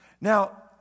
Now